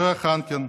יהושע חנקין,